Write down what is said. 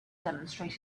demonstrate